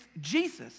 Jesus